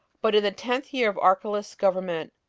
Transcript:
but in the tenth year of archelaus's government,